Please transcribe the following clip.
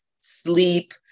sleep